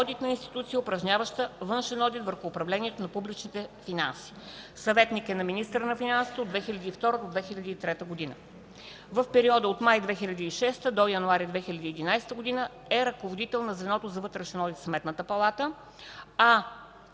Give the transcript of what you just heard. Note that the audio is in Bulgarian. в одитна институция, упражняваща външен одит върху управлението на публичните финанси. Съветник е на министъра на финансите от 2002 до 2003 г. В периода от май 2006 до февруари 2011 г. е ръководител на звеното за вътрешен одит в Сметната